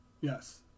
Yes